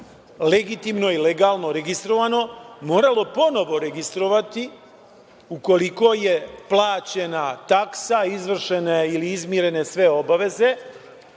legitimno i legalno registrovano moralo ponovo registrovati, ukoliko je plaćena taksa, izvršena ili izmirene sve obaveze?